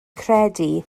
credu